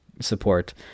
support